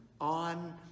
on